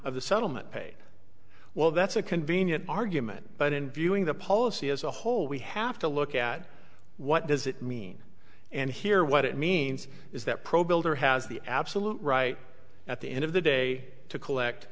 of the settlement paid well that's a convenient argument but in viewing the policy as a whole we have to look at what does it mean and here what it means is that pro builder has the absolute right at the end of the day to collect